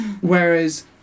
Whereas